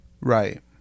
Right